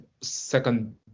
second